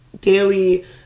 daily